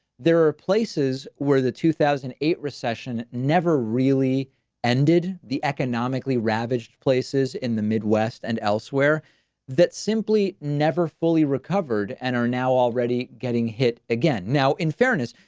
there are places where the two thousand and eight recession never really ended. the economically ravaged places in the midwest and elsewhere that simply never fully recovered and are now already getting hit again. now, in fairness,